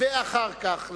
ואחר כך,